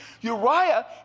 Uriah